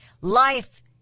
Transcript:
Life